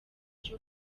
cyo